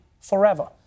forever